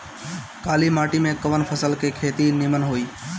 काली माटी में कवन फसल के खेती नीमन होई?